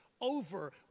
over